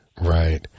Right